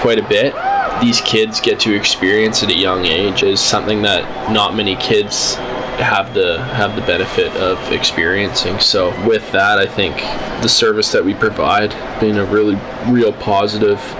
quite a bit these kids get to experience a young age is something that not many kids have to have the benefit of experiencing so with that i think the service that we provide they know really real positive